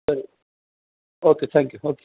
ಸರಿ okay thank you okay